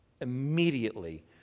immediately